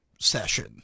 session